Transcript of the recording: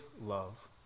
love